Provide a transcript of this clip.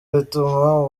rituma